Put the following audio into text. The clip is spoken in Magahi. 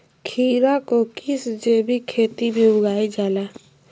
खीरा को किस जैविक खेती में उगाई जाला?